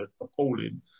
appalling